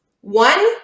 One